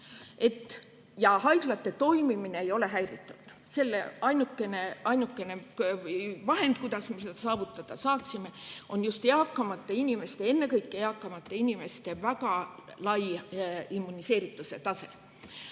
Haiglate toimimine ei ole häiritud. Ainukene vahend, kuidas me selle saavutada saaksime, on just eakamate inimeste, ennekõike eakamate inimeste väga lai immuniseeritus. Edasi,